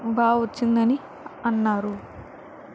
బాగా వచ్చిందని అన్నారు